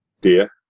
dear